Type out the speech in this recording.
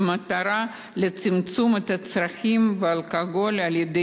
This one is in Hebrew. במטרה לצמצם את צריכת האלכוהול על-ידי